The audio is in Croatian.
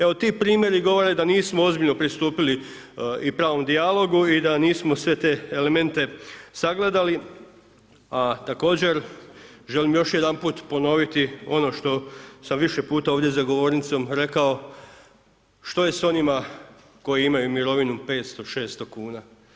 Evo ti primjeri govore da nismo ozbiljno pristupili i pravom dijalogu i da nismo sve te elemente sagledati a također želim još jedanput ponoviti ono što sam više puta ovdje za govornicom rekao što je s onima koji imaju mirovinu 500, 600 kuna?